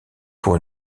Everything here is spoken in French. pour